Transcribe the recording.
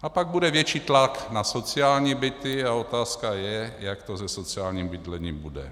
A pak bude větší tlak na sociální byty a je otázka, jak to se sociálním bydlením bude.